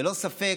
ללא ספק,